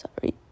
Sorry